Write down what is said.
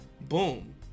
Boom